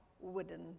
wooden